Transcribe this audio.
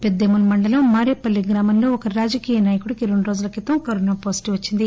పెద్దేముల్ మండలం మారేపల్లి గ్రామంలో ఒక రాజకీయ నాయకుడికి రెండురోజుల క్రితం కరోన పాజిటివ్ వచ్చింది